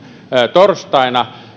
torstaina